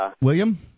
William